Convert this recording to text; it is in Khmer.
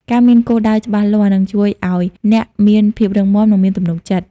ការមានគោលដៅច្បាស់លាស់នឹងជួយឲ្យអ្នកមានភាពរឹងមាំ និងមានទំនុកចិត្ត ។